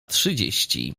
trzydzieści